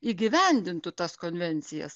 įgyvendintų tas konvencijas